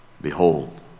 Behold